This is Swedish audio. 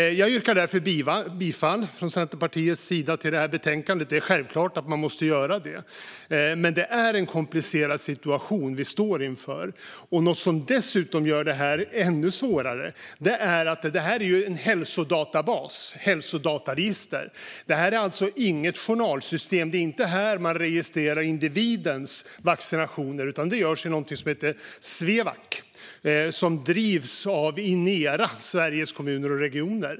Jag yrkar därför, för Centerpartiets räkning, bifall till utskottets förslag i betänkandet. Det är självklart att göra det. Det är dock en komplicerad situation vi står inför. Något som gör det ännu svårare är att det är en hälsodatabas, ett hälsodataregister. Det är alltså inte något journalsystem. Det är inte här man registrerar individens vaccinationer. Det görs i något som heter Svevac, som drivs av Inera, alltså Sveriges Kommuner och Regioner.